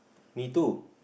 me too